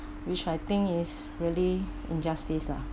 which I think is really injustice ah